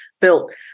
built